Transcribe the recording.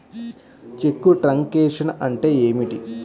చెక్కు truncation అంటే ఏమిటి?